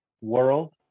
world